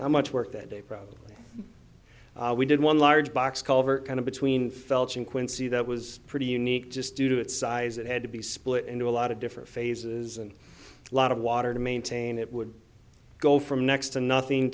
how much work that day probably we did one large box culvert kind of between felching quincy that was pretty unique just due to its size it had to be split into a lot of different phases and a lot of water to maintain it would go from next to nothing